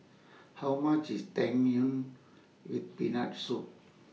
How much IS Tang Yuen with Peanut Soup